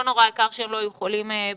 לא נורא, העיקר שהם לא יהיו חולים בקורונה,